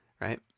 right